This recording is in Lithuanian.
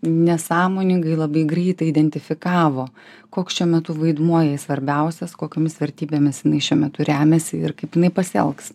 nesąmoningai labai greitai identifikavo koks šiuo metu vaidmuo jai svarbiausias kokiomis vertybėmis jinai šiuo metu remiasi ir kaip jinai pasielgs